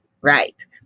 right